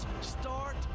start